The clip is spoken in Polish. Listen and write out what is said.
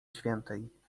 świętej